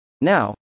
now